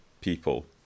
people